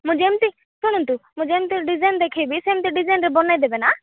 ମୁଁ ଯେମିତି ଶୁଣନ୍ତୁ ମୁଁ ଯେମିତି ଡ଼ିଜାଇନ୍ ଦେଖାଇବି ସେମିତି ଡ଼ିଜାଇନ୍ରେ ବନାଇ ଦେବେ ନା